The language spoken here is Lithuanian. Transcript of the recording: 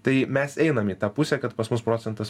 tai mes einam į tą pusę kad pas mus procentas